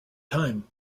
time